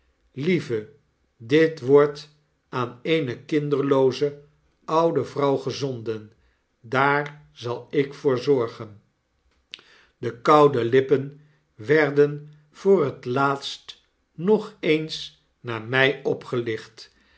lieve dit wordt aan eene kinderlooze oude vrouw gezonden daar zal ik voor zorgen de koude lippen werden voor het laatst nog eens naar my